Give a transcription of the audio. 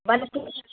बल